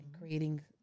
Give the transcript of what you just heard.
creating